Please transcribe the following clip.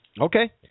Okay